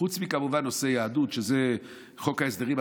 חוץ מנושא היהדות, כמובן, שזה בחוק ההסדרים.